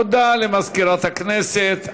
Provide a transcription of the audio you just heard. תודה למזכירת הכנסת.